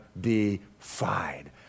defied